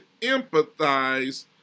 empathize